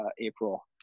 April